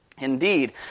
Indeed